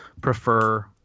prefer